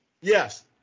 Yes